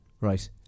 right